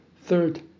Third